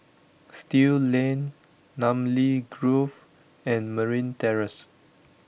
Still Lane Namly Grove and Marine Terrace